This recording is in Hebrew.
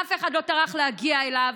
אף אחד לא טרח להגיע אליו.